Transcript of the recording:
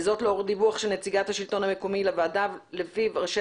זאת לאור הדיווח של נציגת השלטון המקומי לוועדה לפיו ראשי